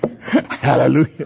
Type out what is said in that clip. Hallelujah